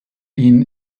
ihn